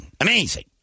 Amazing